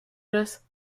glace